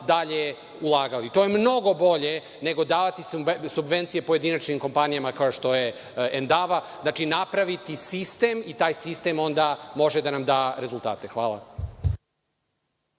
dalje ulagali. To je mnogo bolje nego davati subvencije pojedinačnim kompanijama kao što je „Endava“. Znači, napraviti sistem i taj sistem onda može da nam da rezultate. Hvala